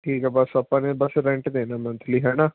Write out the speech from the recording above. ਠੀਕ ਆ ਬਸ ਆਪਾਂ ਨੇ ਬਸ ਰੈਂਟ ਦੇਣਾ ਮੰਥਲੀ ਹੈ ਨਾ